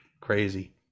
Crazy